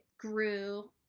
grew